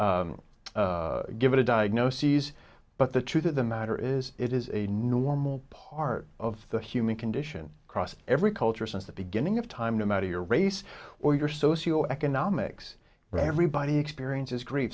diagnoses but the truth of the matter is it is a normal part of the human condition across every culture since the beginning of time no matter your race or your socio economics right everybody experiences great